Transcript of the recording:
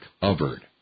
covered